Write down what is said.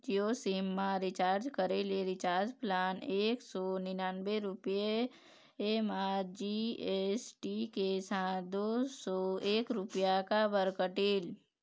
Jio sim मा recharge करे ले रिचार्ज प्लान एक सौ निन्यानबे रुपए मा जी.एस.टी के साथ दो सौ एक रुपया काबर कटेल?